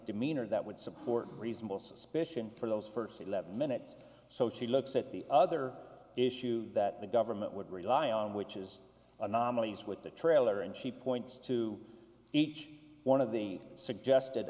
demeanor that would support reasonable suspicion for those first eleven minutes so she looks at the other issues that the government would rely on which is anomalies with the trailer and she points to each one of the suggested